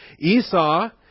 Esau